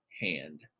hand